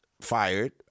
fired